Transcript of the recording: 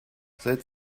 seit